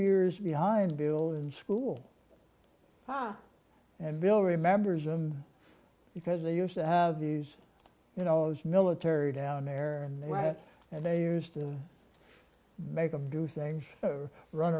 years behind bill in school and bill remembers him because they used to have these you know those military down there and they used to make them do things or run